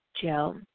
Joe